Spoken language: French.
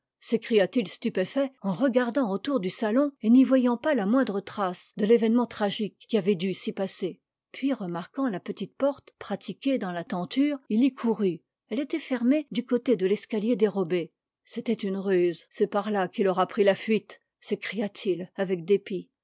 s'écria-t-il stupéfait en regardant autour du salon et n'y voyant pas la moindre trace de l'événement tragique qui avait dû s'y passer puis remarquant la petite porte pratiquée dans la tenture il y courut elle était fermée du côté de l'escalier dérobé c'était une ruse c'est par là qu'il aura pris la fuite s'écria-t-il avec dépit